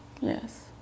Yes